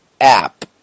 app